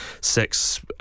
six